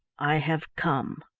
i have come.